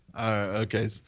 okay